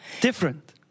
Different